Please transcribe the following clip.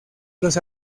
los